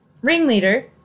Ringleader